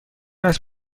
است